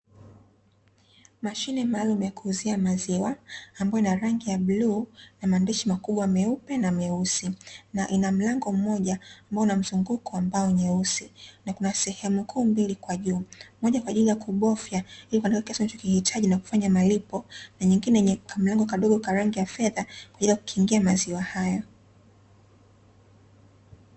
Mashine maalumu ya kuuzia maziwa ambayo ina rangi ya bluu na maandishi makubwa meupe na meusi na ina mlango mmoja ambao una mzunguko wa mbao nyeusi, na kuna sehemu kuu mbili kwa juu moja kwa ajili ya kubofia ilikuandika kiasi unacho kihitaji na kufanya malipo, na nyingine ni kamlango kadogo karangi ya fedha kwa ajili ya kukingia maziwa hayo.